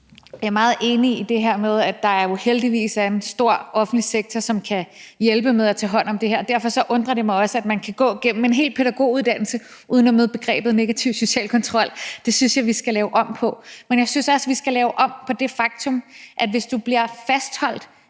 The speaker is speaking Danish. Jeg er meget enig i det her med, at der jo heldigvis er en stor offentlig sektor, som kan hjælpe med at tage hånd om det her. Og derfor undrer det mig også, at man kan gå igennem en helt ny pædagoguddannelse uden at møde begrebet negativ social kontrol. Det synes jeg vi skal lave om på. Men jeg synes også, at vi skal lave om på det faktum, at du bliver fastholdt